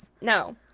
no